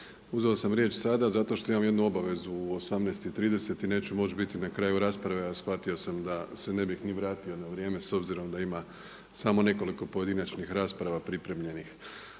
Uzeo sam riječ sada zato što imam jednu obavezu u 18,30 i neću moći biti na kraju rasprave, a shvatio sam da se ne bih ni vratio na vrijeme s obzirom da ima samo nekoliko pojedinačnih rasprava pripremljenih.